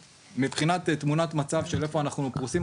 מבחינת תמונת מצב של איפה אנחנו פרוסים,